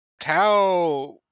Tao